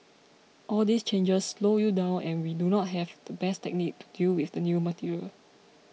all these changes slow you down and we do not have the best technique to deal with the new material